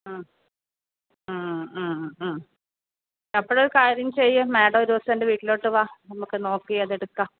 മ്മ് മ്മ് മ്മ് മ്മ് അപ്പൾ ഒരു കാര്യം ചെയ്യ് മാഡം ഒരു ദിവസം എൻ്റെ വീട്ടിലോട്ട് വാ നമുക്ക് നോക്കി അതെടുക്കാം